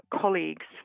colleagues